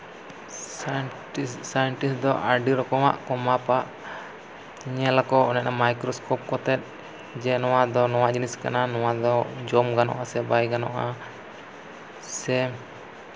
scientist scientist ᱫᱚ ᱟᱹᱰᱤ ᱨᱚᱠᱚᱢᱟᱜ ᱠᱚ ᱢᱟᱯᱼᱟ ᱧᱮᱞ ᱟᱠᱚ ᱢᱟᱭᱠᱨᱳ ᱥᱠᱳᱯ ᱠᱚᱛᱮ ᱡᱮ ᱱᱚᱣᱟ ᱫᱚ ᱱᱚᱣᱟ ᱡᱤᱱᱤᱥ ᱠᱟᱱᱟ ᱱᱚᱣᱟ ᱫᱚ ᱡᱚᱢ ᱜᱟᱱᱚᱜ ᱟᱥᱮ ᱵᱟᱭ ᱜᱟᱱᱚᱜᱼᱟ ᱥᱮ